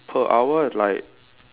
per hour is like